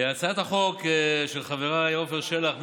הצעת החוק של חבריי עפר שלח,